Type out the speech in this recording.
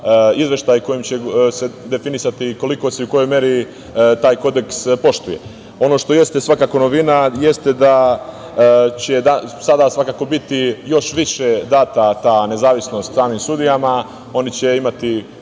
izveštaj kojim će se definisati koliko se i u kojoj meri taj kodeks poštuje. Ono što jeste svakako novina, jeste da će sada svakako biti još više data ta nezavisnost stranim sudijama. Oni će imati